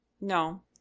No